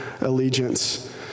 allegiance